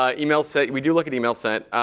ah emails sent we do look at emails sent.